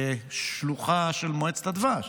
כשלוחה של מועצת הדבש,